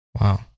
Wow